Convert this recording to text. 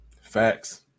Facts